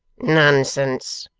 nonsense!